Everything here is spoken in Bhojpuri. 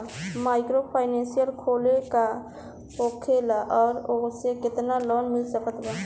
माइक्रोफाइनन्स का होखेला और ओसे केतना लोन मिल सकत बा?